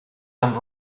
and